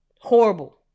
Horrible